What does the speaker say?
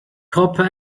copper